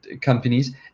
companies